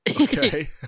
Okay